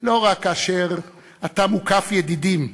לא רק כאשר אתה מוקף ידידים,